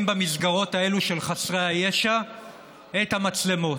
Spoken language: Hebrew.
במסגרות האלה של חסרי הישע את המצלמות.